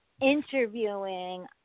interviewing